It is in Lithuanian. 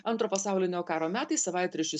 antro pasaulinio karo metais savaitraščiui